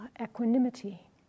equanimity